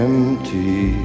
Empty